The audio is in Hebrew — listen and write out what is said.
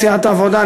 סיעת העבודה,